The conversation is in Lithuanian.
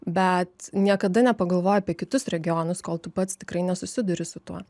bet niekada nepagalvoji apie kitus regionus kol tu pats tikrai nesusiduri su tuo